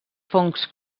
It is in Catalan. fongs